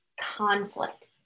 conflict